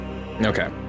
Okay